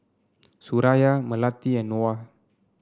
Suraya Melati and Noah